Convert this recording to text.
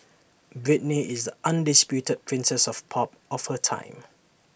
Britney is the undisputed princess of pop of her time